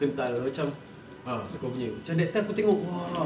kental macam ah kau punya macam that time aku tengok !wah!